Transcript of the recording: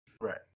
Right